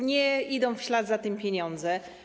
Nie idą w ślad za tym pieniądze.